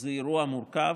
זה אירוע מורכב,